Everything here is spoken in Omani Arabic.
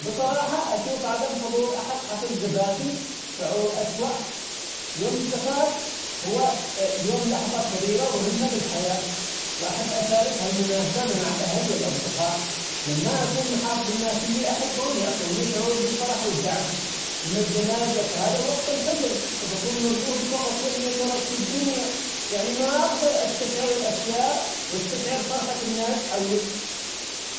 بصراحة أشوف عدم حضور أحد حفل زفافي شعور أسوأ، يوم الزفاف هو يوم لحظة كبيرة ومهمة بالحياة وأحب أشارك هالمناسبة مع الأهل والأصدقاء، لما أكون محاط بالناس اللي أحبهم يعطوني شعور بالفرح والدعم، أما الجنازة فهذا وقت الحزن بكون موجود فقطلأني تركت الدنيا يعني ما أقدر استشعر الأشياء واستشعر فرحة الناس حولي.